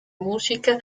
música